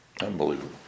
Unbelievable